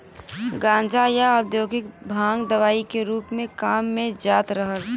गांजा, या औद्योगिक भांग दवाई के रूप में काम में जात रहल